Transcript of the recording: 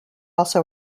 also